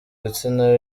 ibitsina